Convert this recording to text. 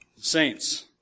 Saints